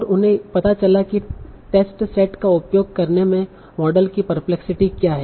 और उन्हें पता चला की टेस्ट सेट का उपयोग करने में मॉडल की परप्लेक्सिटी क्या है